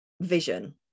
vision